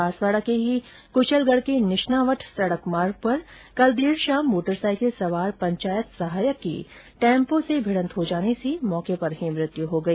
बांसवाड़ा के ही कशलगढ़ के निशनावट सड़क मार्ग पर कल देर शाम मोटरसाईकिल सवार पंचायत सहायक की टेपो से भिड़ंत हो जाने से मौके पर ही मौत हो गई